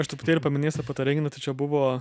aš truputėlį paminėsiu apie tą renginį tai čia buvo